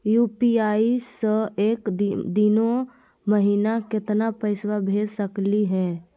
UPI स एक दिनो महिना केतना पैसा भेज सकली हे?